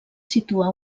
situa